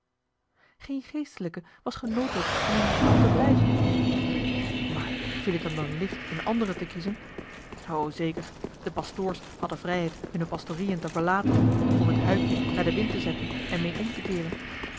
geen geestelijke was genooddrukt om in dien stand te blijven maar viel t hem dan licht een anderen te kiezen o zeker de pastoors hadden vrijheid hunne pastorieën te verlaten of het huikje naar den wind te zetten en meê om te keeren